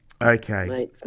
okay